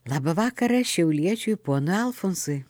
labą vakarą šiauliečiui ponui alfonsui